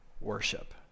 worship